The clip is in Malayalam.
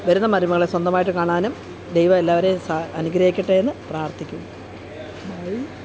വരുന്ന മരുമകളെ സ്വന്തമായിട്ട് കാണാനും ദൈവം എല്ലാവരേയും സ അനുഗ്രഹിക്കട്ടെ എന്ന് പ്രാർത്ഥിക്കുന്നു